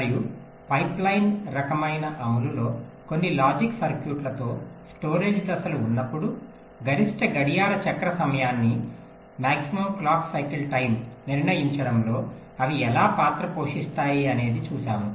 మరియు పైప్లైన్ రకమైన అమలులో కొన్ని లాజిక్ సర్క్యూట్లతో స్టోరేజ్ దశలు ఉన్నపుడు గరిష్ట గడియార చక్ర సమయాన్ని నిర్ణయించడంలో అవి ఎలా పాత్ర పోషిస్తాయి అనేది చూసాము